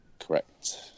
Correct